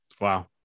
Wow